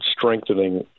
strengthening